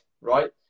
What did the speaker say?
right